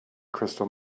crystal